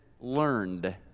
learned